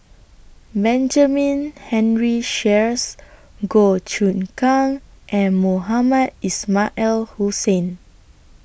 Benjamin Henry Sheares Goh Choon Kang and Mohamed Ismail Hussain